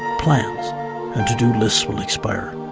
plans and to do list will expire.